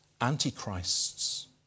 antichrists